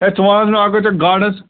ہے ژٕ وَن حظ مےٚ اَکھ کتھ یہِ گاڑس